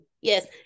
yes